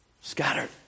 Scattered